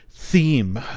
Theme